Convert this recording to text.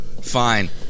fine